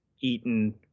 eaten